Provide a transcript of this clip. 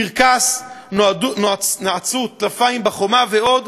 קרקס, נעצו טלפיים בחומה, ועוד,